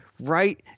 right